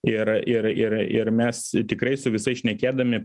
ir ir ir ir mes tikrai su visais šnekėdami